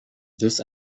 this